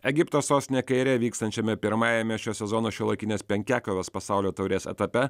egipto sostinėje kaire vykstančiame pirmajame šio sezono šiuolaikinės penkiakovės pasaulio taurės etape